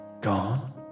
Gone